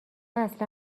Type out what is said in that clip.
اصلا